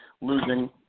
losing